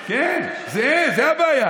זהה לשכיר, מהמעסיק?